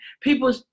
people